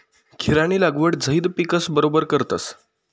खीरानी लागवड झैद पिकस बरोबर करतस